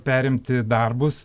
perimti darbus